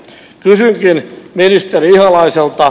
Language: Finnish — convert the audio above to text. kysynkin ministeri ihalaiselta